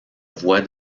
voie